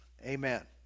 Amen